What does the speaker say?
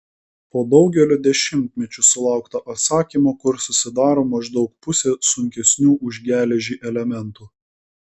po daugelio dešimtmečių sulaukta atsakymo kur susidaro maždaug pusė sunkesnių už geležį elementų